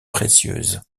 précieuses